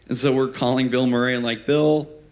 and so, we're calling bill murray and like, bill,